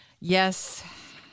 Yes